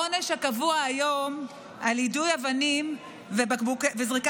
העונש הקבוע היום על יידוי אבנים וזריקת